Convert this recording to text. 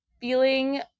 Feeling